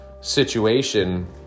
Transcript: situation